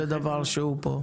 זה דבר שהוא פה.